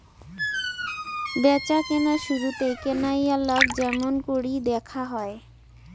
ব্যাচাকেনার শুরুতেই কেনাইয়ালাক য্যামুনকরি দ্যাখা হয়